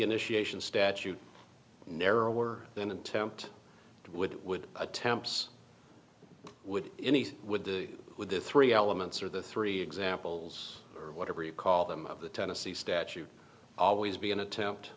initiation statute narrower than an attempt to would would attempts would any would do with the three elements or the three examples or whatever you call them of the tennessee statute always be an attempt